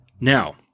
Now